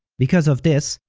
because of this,